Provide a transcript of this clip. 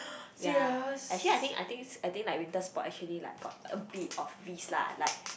ya actually I think I thinks I think like winter sport actually like got a bit of risk lah like